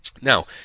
Now